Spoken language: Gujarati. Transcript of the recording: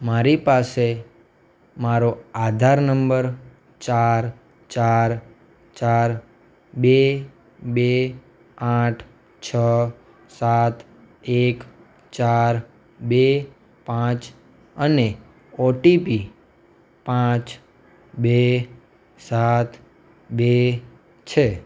મારી પાસે મારો આધાર નંબર ચાર ચાર ચાર બે બે આઠ છ સાત એક ચાર બે પાંચ અને ઓટીપી પાંચ બે સાત બે છે